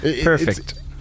Perfect